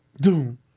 Doom